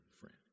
friend